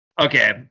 okay